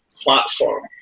platform